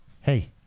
Hey